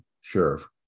sheriff